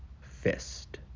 fist